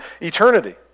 eternity